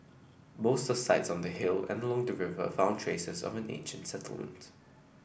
most sites on the hill and along the river found traces of an ancient settlement